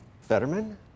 Fetterman